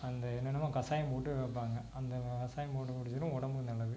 அந்த என்னென்னமோ கசாயம் போட்டு வைப்பாங்க அந்தக் கசாயம் போட்டு குடிச்சோன்னால் உடம்புக்கு நல்லது